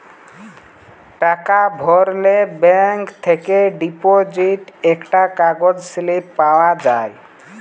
টাকা ভরলে ব্যাঙ্ক থেকে ডিপোজিট একটা কাগজ স্লিপ পাওয়া যায়